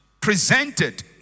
presented